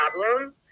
problem